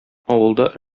авылда